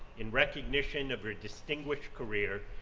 in recognition of her distinguished career,